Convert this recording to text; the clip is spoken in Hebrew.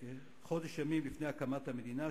חודש ימים לפני הקמת המדינה,